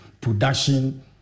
production